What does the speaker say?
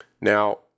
Now